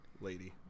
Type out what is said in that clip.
lady